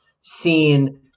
seen